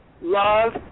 Love